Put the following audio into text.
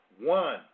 One